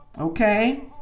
okay